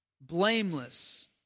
blameless